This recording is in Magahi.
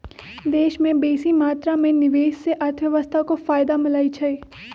देश में बेशी मात्रा में निवेश से अर्थव्यवस्था को फयदा मिलइ छइ